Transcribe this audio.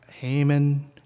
Haman